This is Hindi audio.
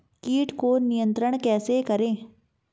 कीट को नियंत्रण कैसे करें?